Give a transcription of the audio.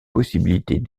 possibilités